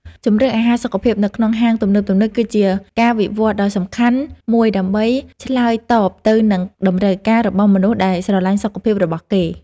ជម្រើសអាហារសុខភាពនៅក្នុងហាងទំនើបៗគឺជាការវិវត្តដ៏សំខាន់មួយដើម្បីឆ្លើយតបទៅនឹងតម្រូវការរបស់មនុស្សដែលស្រលាញ់សុខភាពរបស់គេ។